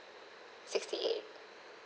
sixty eight